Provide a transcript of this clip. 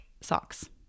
socks